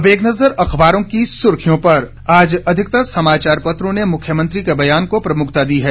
अब एक नजर अखबारों की सुर्खियों पर आज अधिकतर समाचार पत्रों ने मुख्यमंत्री के बयान को प्रमुखता दी है